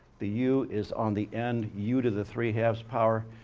the u is on the end, u to the three has power.